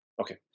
Okay